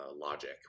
Logic